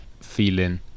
feeling